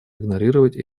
игнорировать